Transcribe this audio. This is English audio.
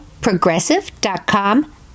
Progressive.com